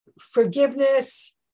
forgiveness